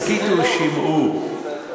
הסכיתו ושמעו.